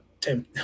Tim